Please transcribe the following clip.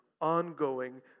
ongoing